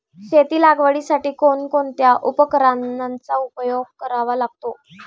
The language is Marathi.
शेती लागवडीसाठी कोणकोणत्या उपकरणांचा उपयोग करावा लागतो?